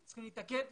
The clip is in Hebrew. וצריכים להתאגד